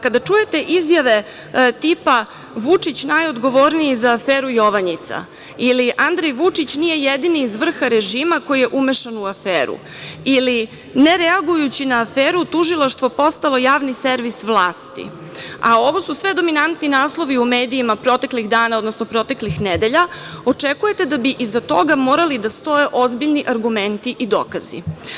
Kada čujete izjave tipa - Vučić najodgovorniji za aferu „Jovanjica“, ili Andrej Vučić nije jedini iz vrha režima koji je umešan u aferu, ili nereagujući na aferu tužilaštvo postalo javni servis vlasti, a ovo su sve dominantni naslovi u medijima proteklih dana, odnosno proteklih nedelja, očekujete da bi iza toga morali da stoje ozbiljni argumenti i dokazi.